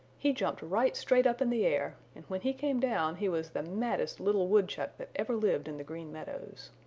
he jumped right straight up in the air and when he came down he was the maddest little woodchuck that ever lived in the green meadows.